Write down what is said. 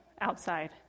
outside